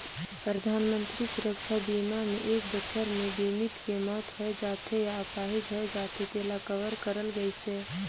परधानमंतरी सुरक्छा बीमा मे एक बछर मे बीमित के मउत होय जाथे य आपाहिज होए जाथे तेला कवर करल गइसे